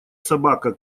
собака